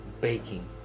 baking